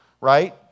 right